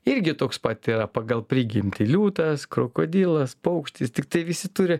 irgi toks pat yra pagal prigimtį liūtas krokodilas paukštis tiktai visi turi